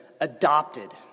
adopted